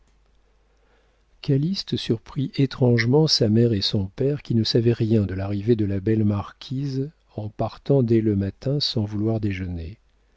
calyste surprit étrangement sa mère et son père qui ne savaient rien de l'arrivée de la belle marquise en partant dès le matin sans vouloir déjeuner